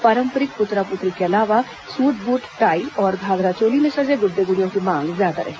पारंपरिक पुतरा पुतरी के अलावा सूट बूट टाई और घाघरा चोली में सजे गुड्डे गुडियों की मांग ज्यादा रही